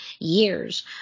years